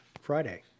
Friday